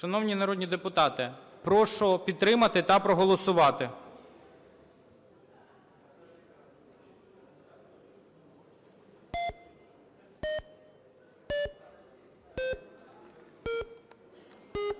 Шановні народні депутати, прошу підтримати та проголосувати.